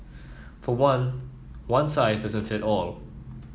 for one one size doesn't fit all